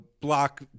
Block